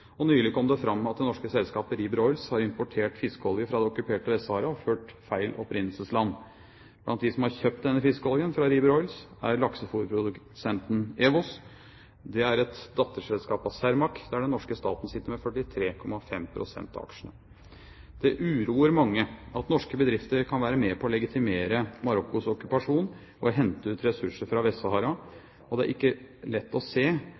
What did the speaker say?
Nylig kom det fram at det norske selskapet GC Rieber Oils har importert fiskeolje fra okkuperte Vest-Sahara og ført opp feil opprinnelsesland. Blant dem som har kjøpt denne fiskeoljen fra GC Rieber Oils, er laksefôrprodusenten EWOS. Det er et datterselskap av Cermaq, der den norske staten sitter med 43,5 pst. av aksjene. Det uroer mange at norske bedrifter kan være med på å legitimere Marokkos okkupasjon og hente ut ressurser fra Vest-Sahara, og det er ikke lett å se